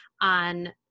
on